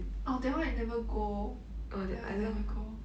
orh that [one] I never go that [one] I never go